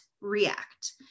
react